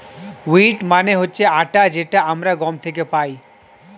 wheat মানে হচ্ছে আটা যেটা আমরা গম থেকে পাই